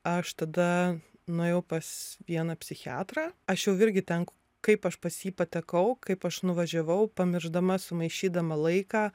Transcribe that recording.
aš tada nuėjau pas vieną psichiatrą aš jau irgi ten k kaip aš pas jį patekau kaip aš nuvažiavau pamiršdama sumaišydama laiką